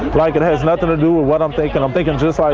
like it has nothing to do with what i'm thinking. i'm thinking just like